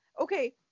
okay